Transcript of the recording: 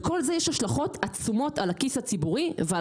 לכל זה יש השלכות עצומות על הכיס הציבורי ועל